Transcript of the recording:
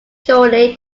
shortly